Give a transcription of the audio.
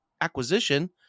acquisition